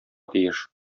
тиеш